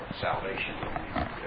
salvation